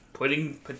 putting